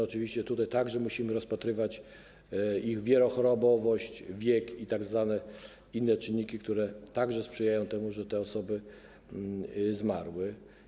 Oczywiście musimy także rozpatrywać ich wielochorobowość, wiek i tzw. inne czynniki, które także sprzyjały temu, że te osoby zmarły.